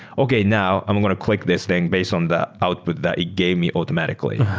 okay. now, i'm going to click this thing based on the output that it gave me automatically.